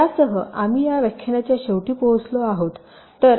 यासह आम्ही या व्याख्यानाच्या शेवटी पोहोचलो आहोत